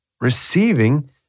receiving